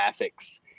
graphics